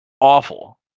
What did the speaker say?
awful